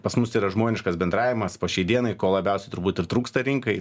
pas mus yra žmoniškas bendravimas po šiai dienai ko labiausiai turbūt ir trūksta rinkai